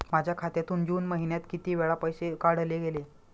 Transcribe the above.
माझ्या खात्यातून जून महिन्यात किती वेळा पैसे काढले गेले?